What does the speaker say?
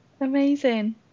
Amazing